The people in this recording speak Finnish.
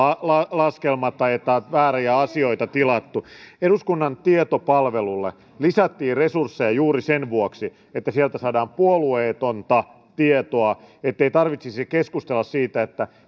laskelmat tai että vääriä asioita olisi tilattu eduskunnan tietopalvelulle lisättiin resursseja juuri sen vuoksi että sieltä saadaan puolueetonta tietoa ettei tarvitsisi keskustella siitä